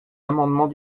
amendement